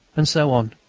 and so on,